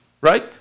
Right